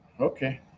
okay